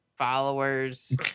followers